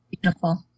beautiful